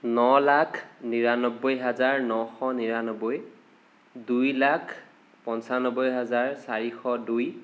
ন লাখ নিৰানব্বৈ হাজাৰ নশ নিৰানব্বৈ দুই লাখ পঞ্চানব্বৈ হাজাৰ চাৰিশ দুই